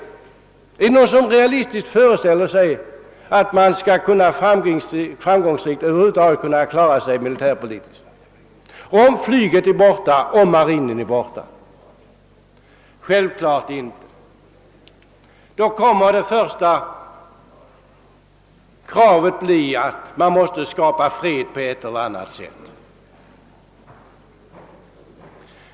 Är det någon som kan realistiskt föreställa sig, att man skulle kunna framgångsrikt klara sig militärpolitiskt, ifall flyget är borta och ifall marinen är borta? Självklart inte. Då kommer det första krav som uppställs att bli att vapenstillestånd måste skapas på ett eller annat sätt.